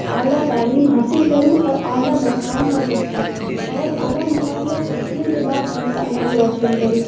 اعلیٰ تعلیم حاصل کروں اور ایعلیٰ مقام پر پہونچوں اور اعلیٰ مقم پر پہونچنے کے بعد اُن کا نام روشن کروں